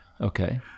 Okay